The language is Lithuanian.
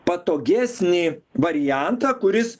patogesnį variantą kuris